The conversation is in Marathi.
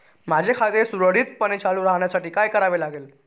माझे खाते सुरळीतपणे चालू राहण्यासाठी काय करावे लागेल?